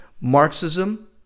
marxism